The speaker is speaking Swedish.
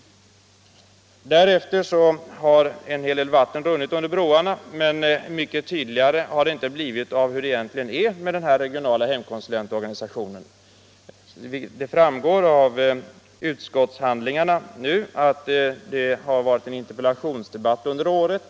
Därefter har en hel del vatten runnit under broarna, men mycket tydligare har det inte redogjorts för hur det ligger till med den regionala hemkonsulentorganisationen. Det framgår nu av utskottshandlingarna att det varit en interpellationsdebatt under året.